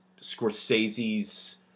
Scorsese's